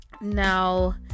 Now